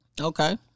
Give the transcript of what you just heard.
Okay